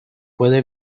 puede